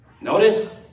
Notice